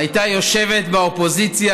הייתה יושבת באופוזיציה,